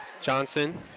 Johnson